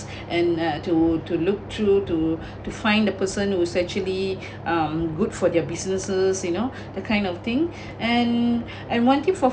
and uh to to look through to to find the person who's actually um good for their businesses you know that kind of thing and and wanting for